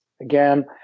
Again